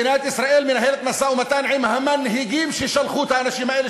מדינת ישראל מנהלת משא-ומתן עם המנהיגים ששלחו את האנשים האלה,